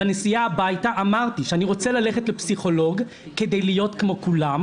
בנסיעה הביתה אמרתי שאני רוצה ללכת לפסיכולוג כדי להיות כמו כולם,